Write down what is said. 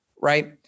right